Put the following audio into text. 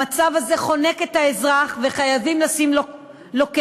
המצב הזה חונק את האזרחים וחייבים לשים לו קץ.